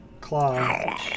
claw